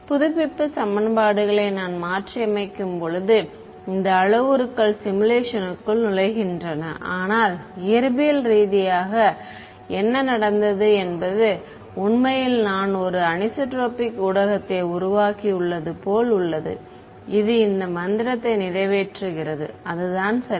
புதுப்பிப்பு சமன்பாடுகளை நான் மாற்றியமைக்கும்போது இந்த அளவுருக்கள் சிமுலேஷன்க்குள் நுழைகின்றன ஆனால் இயற்பியல் ரீதியாக என்ன நடந்தது என்பது உண்மையில் நான் ஒருவித அனிசோட்ரோபிக் ஊடகத்தை உருவாக்கியுள்ளது போல் உள்ளது இது இந்த மந்திரத்தை நிறைவேற்றுகிறது அதுதான் சரி